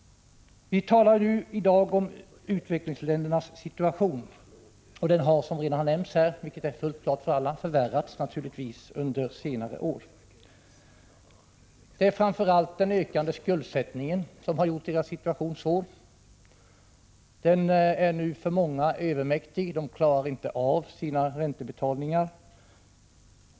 Vi talar ju i dag om utvecklingsländernas situation. Den har naturligtvis — det har redan nämnts här och är fullt klart för alla — förvärrats under senare år. Framför allt är det den ökande skuldsättningen som har gjort deras situation svår. Den är nu för många övermäktig. De klarar inte av sina räntebetalningar.